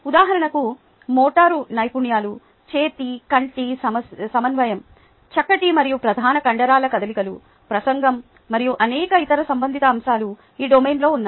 ఉదాహరణకు మోటారు నైపుణ్యాలు చేతి కంటి సమన్వయం చక్కటి మరియు ప్రధాన కండరాల కదలికలు ప్రసంగం మరియు అనేక ఇతర సంబంధిత అంశాలు ఈ డొమైన్లో ఉన్నాయి